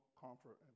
comfort